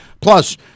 Plus